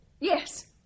Yes